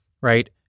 right